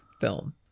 film